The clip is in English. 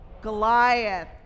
Goliath